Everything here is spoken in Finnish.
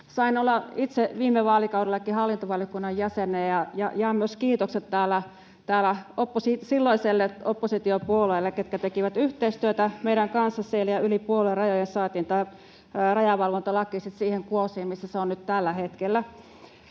Sain olla itse viime vaalikaudellakin hallintovaliokunnan jäsenenä, ja jaan myös kiitokset täällä silloisille oppositiopuolueille, ketkä tekivät yhteistyötä meidän kanssamme siellä, ja yli puoluerajojen saatiin tämä rajavalvontalaki sitten siihen kuosiin, missä se on nyt tällä hetkellä.